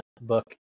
book